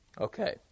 Okay